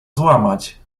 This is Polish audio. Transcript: złamać